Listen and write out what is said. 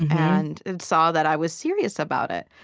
and saw that i was serious about it.